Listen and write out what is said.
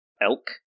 elk